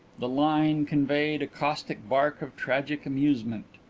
the line conveyed a caustic bark of tragic amusement.